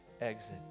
exit